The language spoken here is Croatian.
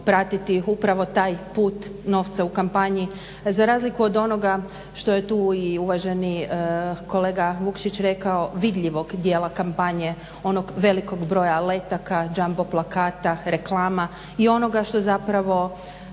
upravo taj put novca u kampanji za razliku od onoga što je tu uvaženi kolega Vukšić rekao vidljivog djela kampanje onog velikog broja letaka, džambo plakata, reklama i onoga što zapravo